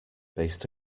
based